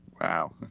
Wow